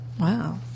wow